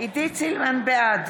בעד